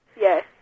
Yes